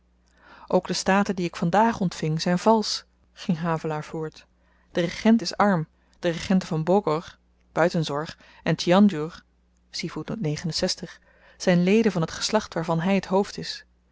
ook de staten die ik vandaag ontving zyn valsch ging havelaar voort de regent is arm de regenten van bogor buitenzorg en tjiandjoer zyn leden van t geslacht waarvan hy t hoofd is